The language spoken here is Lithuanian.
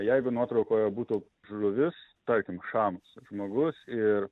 jeigu nuotraukoje būtų žuvis tarkim šamas žmogus ir